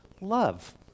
love